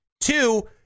Two